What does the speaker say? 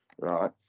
right